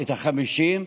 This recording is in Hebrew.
את ה-50,